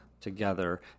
together